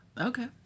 Okay